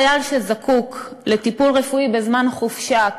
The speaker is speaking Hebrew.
חייל שזקוק לטיפול רפואי בזמן חופשה,